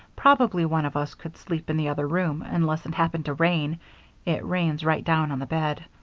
probably one of us could sleep in the other room unless it happened to rain it rains right down on the bed.